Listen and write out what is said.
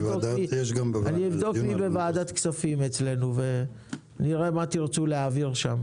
אני אבדוק מי בוועדת כספים אצלנו ונראה מה תרצו להעביר שם.